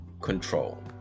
control